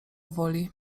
woli